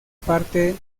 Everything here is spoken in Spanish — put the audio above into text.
parte